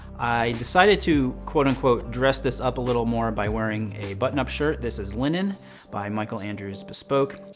i decided to quote-unquote dress this up a little more by wearing a button-up shirt. this is linen by michael andrews bespoke.